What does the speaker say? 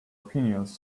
opinions